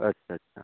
अच्छा अच्छा